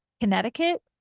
Connecticut